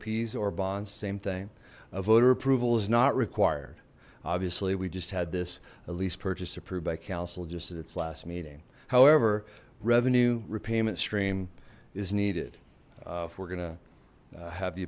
opie's or bonds the same thing a voter approval is not required obviously we just had this a lease purchase approved by council just at its last meeting however revenue repayment stream is needed if we're gonna have the